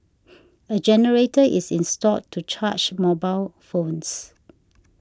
a generator is installed to charge mobile phones